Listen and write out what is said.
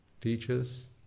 teachers